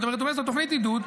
זאת אומרת התוכנית עידוד,